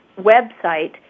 website